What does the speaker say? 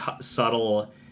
subtle